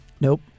Nope